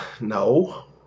No